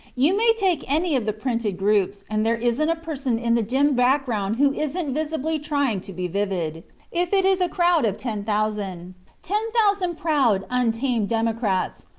you may take any of the printed groups, and there isn't a person in the dim background who isn't visibly trying to be vivid if it is a crowd of ten thousand ten thousand proud, untamed democrats,